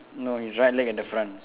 no his right leg at the front